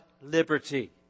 liberty